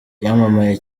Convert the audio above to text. yamamaye